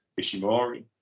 Ishimori